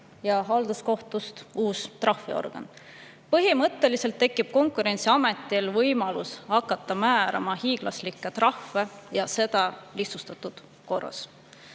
ja halduskohtust uus trahviorgan. Põhimõtteliselt tekib Konkurentsiametil võimalus hakata määrama hiiglaslikke trahve, ja seda lihtsustatud korras.